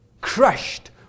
crushed